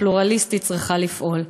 הפלורליסטית צריכה לפעול.